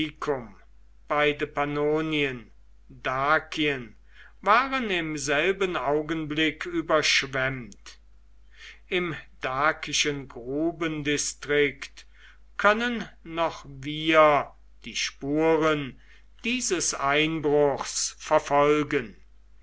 beide pannonien dakien waren im selben augenblick überschwemmt im dakischen grubendistrikt können noch wir die spuren dieses einbruchs verfolgen